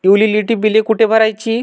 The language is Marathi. युटिलिटी बिले कुठे भरायची?